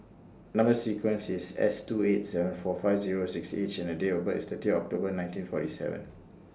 Number sequence IS S two eight seven four five Zero six H and Date of birth IS thirty October nineteen forty seven